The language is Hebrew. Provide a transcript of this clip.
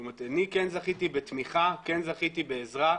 אני כן זכיתי בתמיכה, כן זכיתי בעזרה,